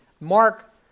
Mark